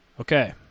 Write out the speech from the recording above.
Okay